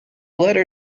letter